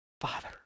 Father